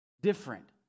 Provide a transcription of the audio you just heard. different